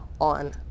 on